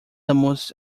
almost